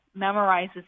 memorizes